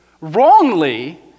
wrongly